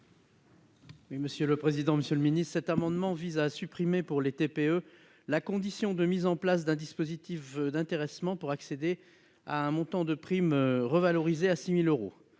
: La parole est à M. Olivier Henno. Cet amendement vise à supprimer pour les TPE la condition de mise en place d'un dispositif d'intéressement pour accéder à un montant de prime revalorisé à 6 000 euros.